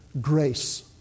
grace